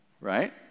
Right